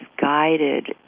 guided